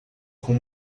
com